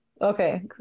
Okay